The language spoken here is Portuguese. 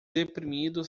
deprimido